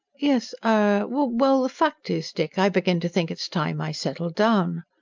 yes. er. well, the fact is, dick, i begin to think it's time i settled down.